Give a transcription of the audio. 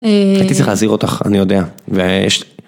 הייתי צריך להזהיר אותך, אני יודע. ויש...